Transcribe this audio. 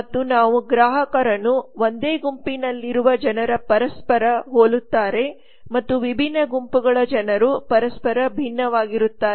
ಮತ್ತು ನಾವು ಗ್ರಾಹಕರನ್ನು ಒಂದೇ ಗುಂಪಿನಲ್ಲಿರುವ ಜನರು ಪರಸ್ಪರ ಹೋಲುತ್ತಾರೆ ಮತ್ತು ವಿಭಿನ್ನ ಗುಂಪುಗಳ ಜನರು ಪರಸ್ಪರ ಭಿನ್ನವಾಗಿರು ತ್ತಾರೆ